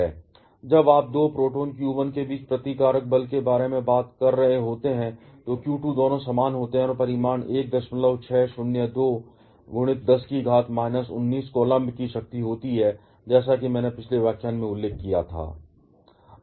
जब आप दो प्रोटॉन q1 के बीच प्रतिकारक बल के बारे में बात कर रहे होते हैं तो q2 दोनों समान होते हैं और परिमाण 1602 X 10 कौलम्ब की शक्ति होती है जैसा कि मैंने पिछले व्याख्यान में उल्लेख किया था